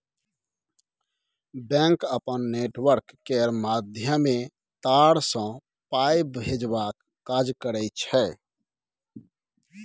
bank अपन network केर माध्यमे तार सँ पाइ भेजबाक काज करय छै